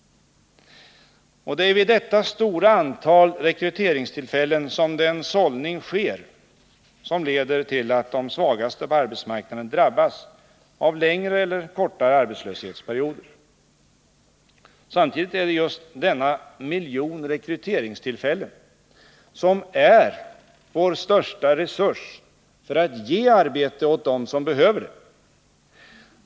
Det är vid detta stora antal rekryteringstillfällen som den sållning sker som leder till att de svagaste på arbetsmarknaden drabbas av längre eller kortare arbetslöshetsperioder. Samtidigt är det just denna miljon rekryteringstillfällen som är vår största resurs för att ge arbete åt dem som behöver det.